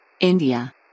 India